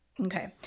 Okay